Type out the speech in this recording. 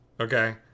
okay